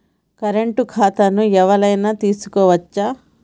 Current ఖాతాను ఎవలైనా తీసుకోవచ్చా?